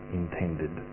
intended